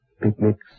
Picnics